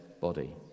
body